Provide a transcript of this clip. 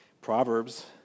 Proverbs